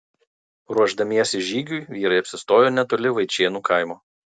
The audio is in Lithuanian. ruošdamiesi žygiui vyrai apsistojo netoli vaičėnų kaimo